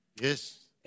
Yes